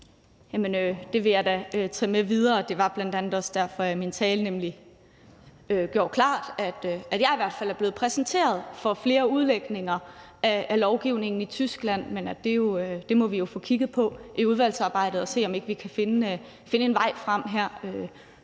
det vil jeg da tage med videre. Det var bl.a. også derfor, jeg i min tale nemlig gjorde det klart, at jeg i hvert fald er blevet præsenteret for flere udlægninger af lovgivningen i Tyskland, men at det må vi få kigget på i udvalgsarbejdet, og så må vi se, om ikke vi kan finde en vej frem her,